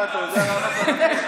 העיקר שיש מבטא רוסי?